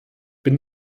bin